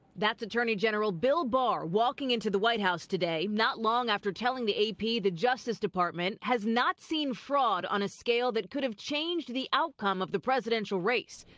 that's attorney general bill barr walking into the white house today not long after telling the a p. the justice department has not seen fraud on a scale that could have changed the outcome of the presidential race.